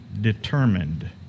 determined